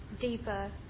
deeper